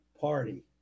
party